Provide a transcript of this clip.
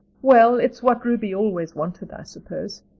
well, it's what ruby always wanted, i suppose.